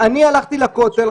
הלכתי לכותל,